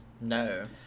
No